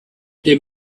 they